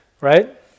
right